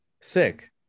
Sick